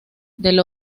del